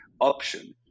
option